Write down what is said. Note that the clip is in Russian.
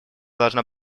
должна